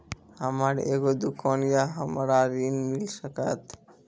हमर एगो दुकान या हमरा ऋण मिल सकत?